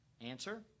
Answer